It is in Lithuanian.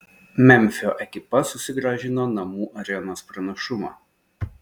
memfio ekipa susigrąžino namų arenos pranašumą